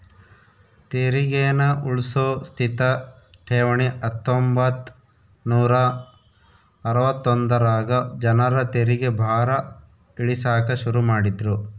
ತೆರಿಗೇನ ಉಳ್ಸೋ ಸ್ಥಿತ ಠೇವಣಿ ಹತ್ತೊಂಬತ್ ನೂರಾ ಅರವತ್ತೊಂದರಾಗ ಜನರ ತೆರಿಗೆ ಭಾರ ಇಳಿಸಾಕ ಶುರು ಮಾಡಿದ್ರು